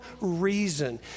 reason